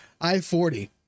I-40